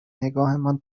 نگاهمان